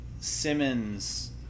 Simmons